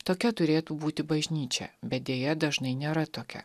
tokia turėtų būti bažnyčia bet deja dažnai nėra tokia